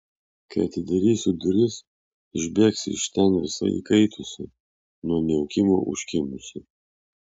kai atidarysiu duris išbėgsi iš ten visa įkaitusi nuo miaukimo užkimusi